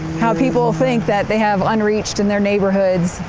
how people think that they have unreached in their neighborhoods,